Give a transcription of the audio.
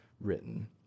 written